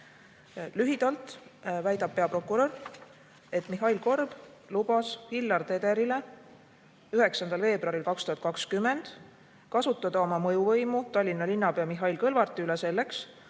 Lühidalt väidab peaprokurör, et Mihhail Korb lubas Hillar Tederile 9. veebruaril 2020 kasutada oma mõjuvõimu Tallinna linnapea Mihhail Kõlvarti üle selleks,